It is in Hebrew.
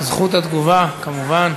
זכות התגובה, כמובן.